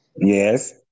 Yes